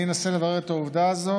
אני אנסה לברר את העובדה הזאת.